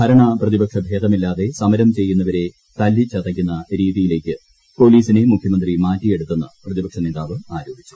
ഭരണ പ്രതിപക്ഷ ഭേദമില്ലാതെ സമരം ചെയ്യുന്നവരെ തല്ലിച്ചതയ്ക്കുന്ന രീതിയിലേക്ക് പൊലീസിനെ മുഖ്യമന്ത്രി മാറ്റിയെടുത്തെന്ന് പ്രതിപക്ഷ നേതാവ് ആരോപിച്ചു